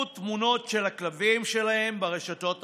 תמונות של הכלבים שלהם ברשתות החברתיות.